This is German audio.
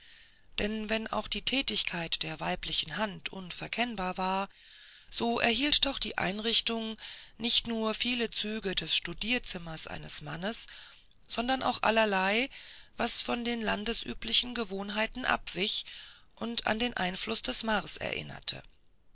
denn wenn auch die tätigkeit der weiblichen hand unverkennbar war so enthielt doch die einrichtung nicht nur viele züge des studierzimmers eines mannes sondern auch allerlei was von den landesüblichen gewohnheiten abwich und an den einfluß des mars erinnerte